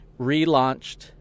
relaunched